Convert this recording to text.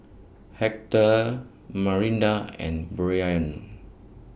Hector Marinda and Brianne